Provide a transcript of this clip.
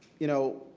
you know,